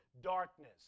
darkness